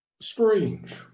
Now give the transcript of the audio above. Strange